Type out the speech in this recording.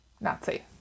Nazi